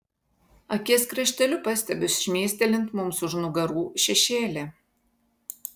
akies krašteliu pastebiu šmėstelint mums už nugarų šešėlį